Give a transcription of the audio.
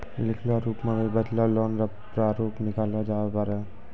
लिखलो रूप मे भी बचलो लोन रो प्रारूप निकाललो जाबै पारै